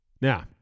now